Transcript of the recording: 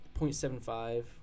0.75